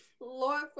lord